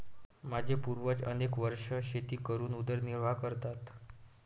माझे पूर्वज अनेक वर्षे शेती करून उदरनिर्वाह करतात